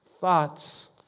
thoughts